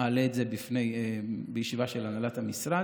אעלה את זה בישיבה של הנהלת המשרד